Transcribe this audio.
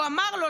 הוא אמר לו,